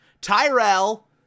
Tyrell